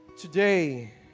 today